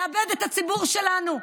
לאבד את הציבור שלנו,